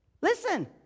Listen